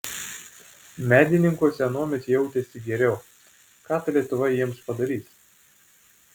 medininkuose anuomet jautėsi geriau ką ta lietuva jiems padarys